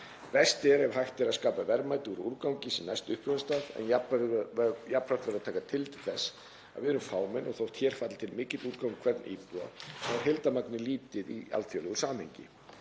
Best er ef hægt er að skapa verðmæti úr úrgangi sem næst upprunastað en jafnframt verður að taka tillit til þess að við erum fámenn og þótt hér falli til mikill úrgangur á hvern íbúa er heildarmagnið lítið í alþjóðlegu samhengi.